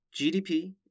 GDP